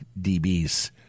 DBs